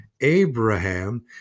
Abraham